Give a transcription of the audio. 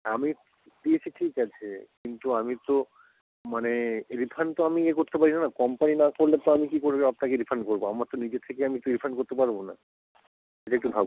আমি পেয়েছি ঠিক আছে কিন্তু আমি তো মানে রিফান্ড তো আমি ইয়ে করতে পারি না কোম্পানি না করলে তো আমি কী করে আপনাকে রিফান্ড করবো আমার তো নিজে থেকে আমি রিফান্ড করতে পারবো না একটু ভাবুন